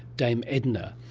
dame edna,